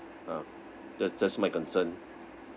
uh that's that's my concern